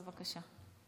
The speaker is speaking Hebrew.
בבקשה.